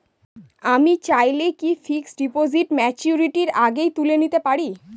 আমি চাইলে কি ফিক্সড ডিপোজিট ম্যাচুরিটির আগেই তুলে নিতে পারি?